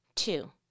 Two